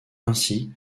ainsi